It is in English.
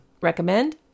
Recommend